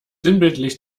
sinnbildlich